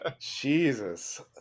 Jesus